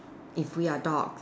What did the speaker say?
if we are dogs